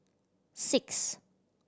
six